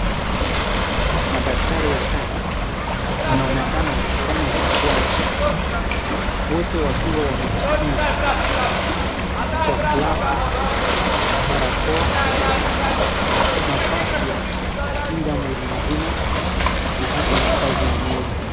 Madaktari watatu wanaonekana wakifanya upasuaji wote wakiwa wamejikinga kwa glavu, barakoa, mavazi ya kukinga mwili mzima na ata mavazi ya nywele.